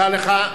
תודה לך.